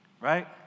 Right